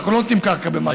אנחנו לא נותנים קרקע במתנה,